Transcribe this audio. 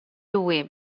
lui